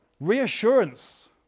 reassurance